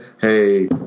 hey